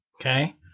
Okay